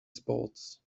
sports